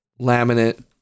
laminate